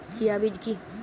Chia বীজ কী?